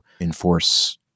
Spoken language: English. enforce